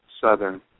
Southern